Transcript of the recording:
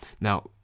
Now